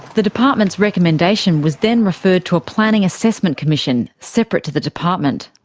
the department's recommendation was then referred to a planning assessment commission, separate to the department.